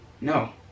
No